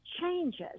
changes